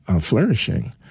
flourishing